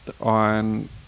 on